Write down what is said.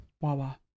Wawa